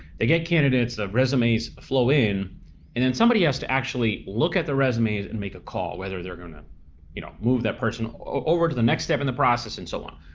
they get candidates, the resumes flow in and then somebody has to actually look at the resumes and make a call. whether they're gonna you know move that person over to the next step in the process and so on.